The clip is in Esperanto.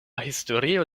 historio